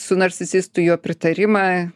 su narcisistu jo pritarimą